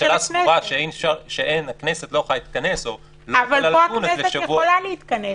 אפשרות אם הכנסת לא יכולה להתכנס --- אבל הכנסת יכולה להתכנס.